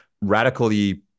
radically